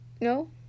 No